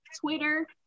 Twitter